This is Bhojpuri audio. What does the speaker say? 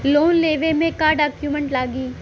लोन लेवे मे का डॉक्यूमेंट चाही?